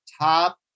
top